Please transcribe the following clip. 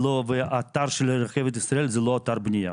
והאתר של רכבת ישראל זה לא אתר בניה.